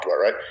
right